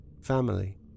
family